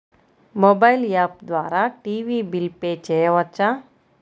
Mobile app ద్వారా TV bill pay చేయవచ్చా?